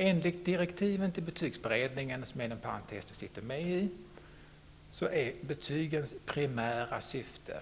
Enligt direktiven till betygsberedningen, som jag inom parentes sagt sitter med i, är betygens primära syfte